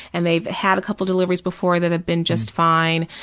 and they've had a couple of deliveries before that have been just fine.